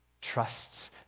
Trust